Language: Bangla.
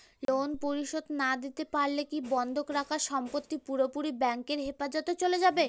লোন শোধ না দিতে পারলে কি বন্ধক রাখা সম্পত্তি পুরোপুরি ব্যাংকের হেফাজতে চলে যাবে?